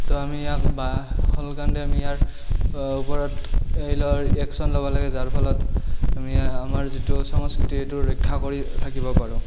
তো আমি ইয়াক বা সোনকালে ইয়াৰ ওপৰত এই লোৱাৰ একশ্য়ন ল'ব লাগে যাৰ ফলত আমি আমাৰ যিটো সংস্কৃতি সেইটো ৰক্ষা কৰি থাকিব পাৰোঁ